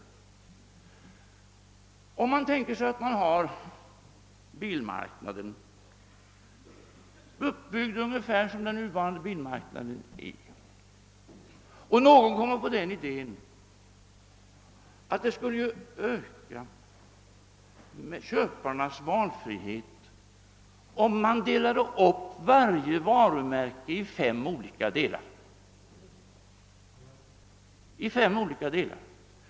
Man kan tänka sig att bilmarknaden är uppbyggd ungefär som den nuvarande och att någon kommer på idén att det skulle öka köparnas valfrihet om varje varumärke delades upp i fem olika märken.